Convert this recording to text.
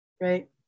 right